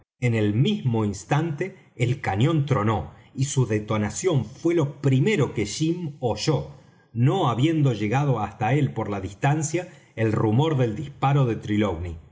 en el mismo instante el cañón tronó y su detonación fué lo primero que jim oyó no habiendo llegado hasta él por la distancia el rumor del disparo de